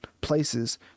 places